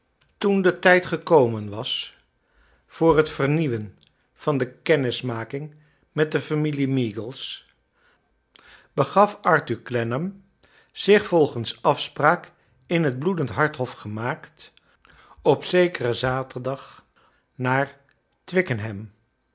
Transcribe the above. toen de tijd gekomen was voor het vernieuwen van de kennismaking met de familie meagles begaf arthur clennam zich volgens afspraak in het bloedend hart hof gemaakt op zekeren zaterdag naar